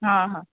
हा हा